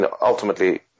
ultimately